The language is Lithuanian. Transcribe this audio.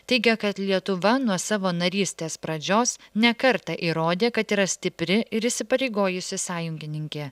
teigia kad lietuva nuo savo narystės pradžios ne kartą įrodė kad yra stipri ir įsipareigojusi sąjungininkė